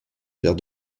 vers